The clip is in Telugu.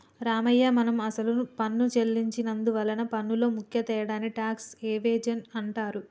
రామయ్య మనం అసలు పన్ను సెల్లించి నందువలన పన్నులో ముఖ్య తేడాని టాక్స్ ఎవేజన్ అంటారు